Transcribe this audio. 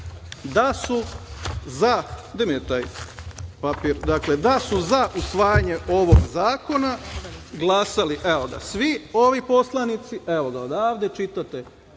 da su za usvajanje ovog zakona glasali svi ovi poslanici, evo, odavde čitate